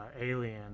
Alien